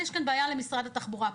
יש כאן בעיה למשרד התחבורה,